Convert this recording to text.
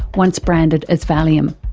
once branded as valium.